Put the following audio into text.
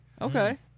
Okay